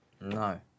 No